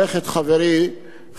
יושב-ראש ועדת הפנים,